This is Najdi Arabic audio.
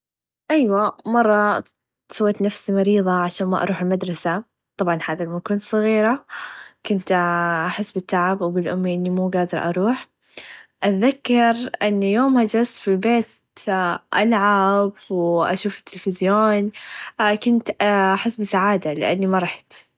ايوا مره سويت نفسي مريظه عشان ما اروح المدرسه طبعا هذا هدا ما كنت صغيره كنت احس بالتعب و اقول لامي اني موقادره اروح اتذكر ان يوم چلست في البيت ألعب و اشوف التلفزيون كنت احس بسعاده لإني ما رحت.